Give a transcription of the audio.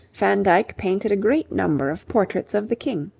van dyck painted a great number of portraits of the king.